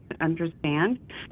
understand